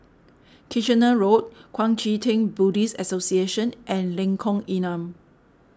Kitchener Road Kuang Chee Tng Buddhist Association and Lengkong Enam